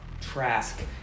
Trask